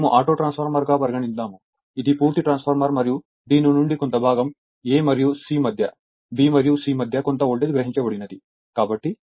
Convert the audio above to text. మేము auto transformer గా పరిగణించాము ఇది పూర్తి ట్రాన్స్ఫార్మర్ మరియు దీని నుండి కొంత భాగం A మరియు C మధ్య B మరియు C మధ్య కొంత వోల్టేజ్ గ్రహించబడినది